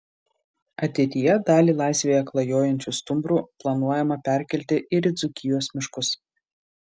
ateityje dalį laisvėje klajojančių stumbrų planuojama perkelti ir į dzūkijos miškus